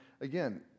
again